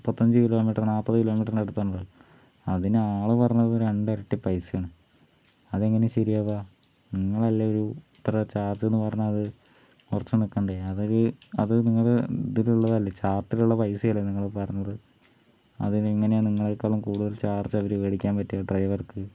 മുപ്പത്തഞ്ചു kilometre നാല്പത് കിലോമീറ്ററിന്റെ അടുത്തുണ്ട് അതിനാള് പറഞ്ഞത് രണ്ടിരട്ടി പൈസയാണ് അതെങ്ങനെ ശരിയാവുക നിങ്ങളല്ലേ ഒരു ഇത്ര ചാർജ്ജെന്ന് പറഞ്ഞത് ഉറച്ചു നിൽക്കേണ്ടത് അതിൽ അതു നിങ്ങളെ ഇതിലുള്ളതല്ലേ ചാർട്ടിലുള്ള പൈസയല്ലേ നിങ്ങൾ പറഞ്ഞത് അതിന് എങ്ങനെയാണ് നിങ്ങളെക്കാളും കൂടുതൽ ചാർജജ് അവർക്ക് മേടിക്കാൻ പറ്റുക ഡ്രൈവർക്ക്